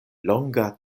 longa